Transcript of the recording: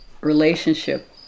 relationship